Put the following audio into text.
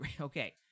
okay